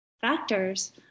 factors